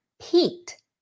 peaked